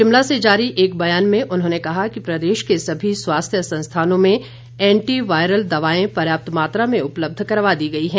शिमला से जारी एक बयान में उन्होंने कहा कि प्रदेश के सभी स्वास्थ्य संस्थानों में एंटी वायरल दवाएं पर्याप्त मात्रा में उपलब्ध करवा दी गई है